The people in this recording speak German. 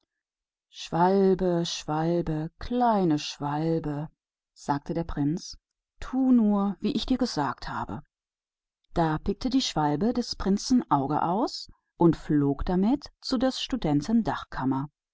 vogel vogel kleiner vogel sagte der prinz tu wie ich dich heiße also pickte der schwälberich dem prinzen das auge aus und flog zur dachkammer des